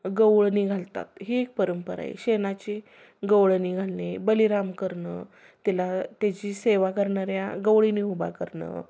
गवळणी घालतात ही एक परंपरा आहे शेणाची गवळणी घालणे बलीराम करणं तेला तेची सेवा करणाऱ्या गवळीणी उभा करणं